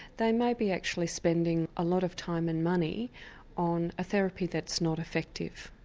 they may be actually spending a lot of time and money on a therapy that's not effective.